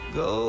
go